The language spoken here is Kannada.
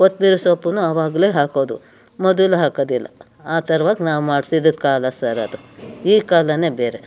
ಕೊತ್ತಂಬ್ರಿ ಸೊಪ್ಪನ್ನು ಅವಾಗಲೇ ಹಾಕೋದು ಮೊದಲು ಹಾಕೋದಿಲ್ಲ ಆ ಥರವಾಗ್ ನಾವು ಮಾಡ್ತಿದಿದ್ದು ಕಾಲ ಸರ್ ಅದು ಈ ಕಾಲವೇ ಬೇರೆ